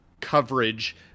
coverage